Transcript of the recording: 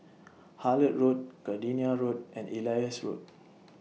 Hullet Road Gardenia Road and Elias Road